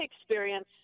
experience